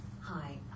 hi